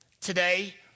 Today